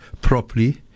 properly